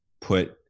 put